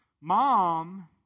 mom